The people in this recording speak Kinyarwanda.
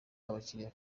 abakiriya